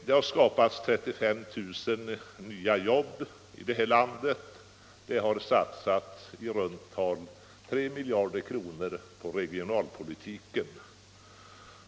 Det har skapats 35 000 nya jobb i det här landet, det har satsats i runt tal 3 miljarder kronor på regionalpolitiken.